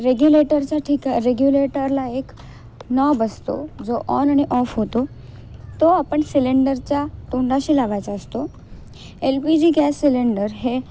रेग्युलेटरचा ठीक रेग्युलेटरला एक नॉब असतो जो ऑन आणि ऑफ होतो तो आपण सिलेंडरच्या तोंडाशी लावायचा असतो L P G gas cylinder हे